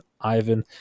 Ivan